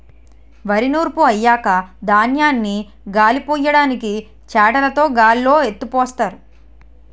వరి నూర్పు అయ్యాక ధాన్యాన్ని గాలిపొయ్యడానికి చేటలుతో గాల్లో ఎత్తిపోస్తారు